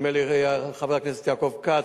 נדמה לי חבר הכנסת יעקב כץ,